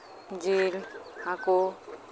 ᱡᱤᱞ ᱦᱟᱹᱠᱩ